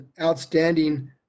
outstanding